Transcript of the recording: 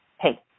Hey